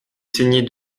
saigner